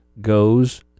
goes